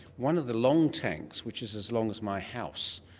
one of the long tanks, which is as long as my house,